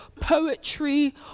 poetry